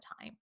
time